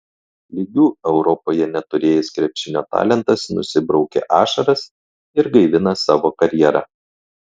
lygių europoje neturėjęs krepšinio talentas nusibraukė ašaras ir gaivina savo karjerą